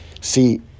See